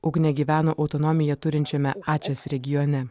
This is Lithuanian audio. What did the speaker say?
ugnė gyveno autonomiją turinčiame ačes regione